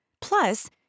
Plus